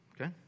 Okay